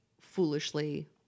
foolishly